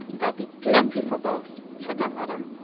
there'll be plenty for both, said their mother.